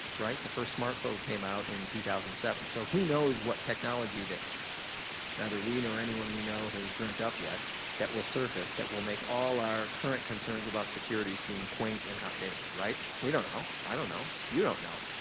right? the first smartphone came out in two thousand and seven so who knows what technology that neither we nor anyone we know has dreamt up yet that will surface, that will make all our current concerns about security seem quaint and outdated, right? we don't know. i don't know. you don't know.